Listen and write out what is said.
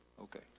Okay